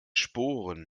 sporen